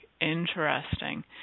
Interesting